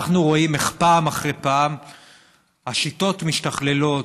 אנחנו רואים איך פעם אחרי פעם השיטות משתכללות,